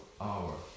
hour